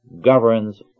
governs